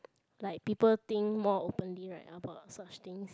like people think more openly right about such things